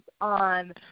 on